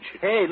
Hey